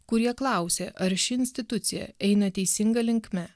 kurie klausė ar ši institucija eina teisinga linkme